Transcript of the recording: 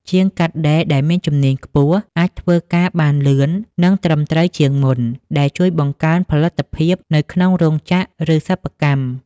ជាងកាត់ដេរដែលមានជំនាញខ្ពស់អាចធ្វើការបានលឿន និងត្រឹមត្រូវជាងមុន ដែលជួយបង្កើនផលិតភាពនៅក្នុងរោងចក្រ ឬសិប្បកម្ម។